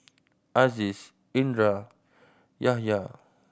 Aziz Indra Yahaya